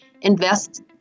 invest